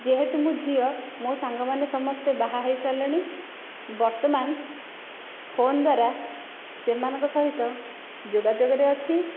ଯେହେତୁ ମୁଁ ଝିଅ ମୋ ସାଙ୍ଗ ମାନେ ସମସ୍ତେ ବାହା ହେଇ ସାରିଲେଣି ବର୍ତ୍ତମାନ ଫୋନ ଦ୍ୱାରା ସେମାନଙ୍କ ସହିତ ଯୋଗାଯୋଗରେ ଅଛି